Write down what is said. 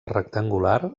rectangular